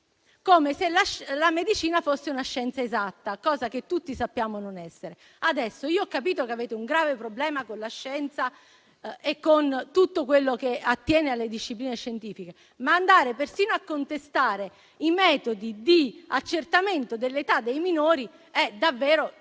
come se la medicina fosse una scienza esatta, cosa che tutti sappiamo non essere. Ho capito che avete un grave problema con la scienza e con tutto quello che attiene alle discipline scientifiche, ma andare persino a contestare i metodi di accertamento dell'età dei minori è davvero troppo.